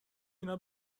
اینا